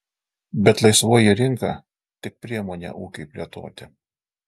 bet laisvoji rinka tik priemonė ūkiui plėtoti